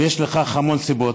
ויש לכך המון סיבות,